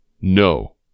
no